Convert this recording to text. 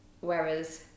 Whereas